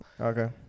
okay